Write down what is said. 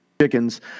chickens